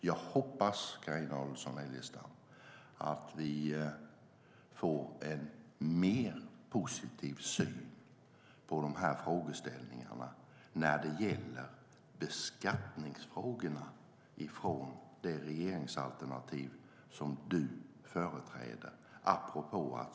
Jag hoppas, Carina Adolfsson Elgestam, att vi får en mer positiv syn på de frågeställningarna när det gäller beskattningsfrågorna från det regeringsalternativ som du företräder.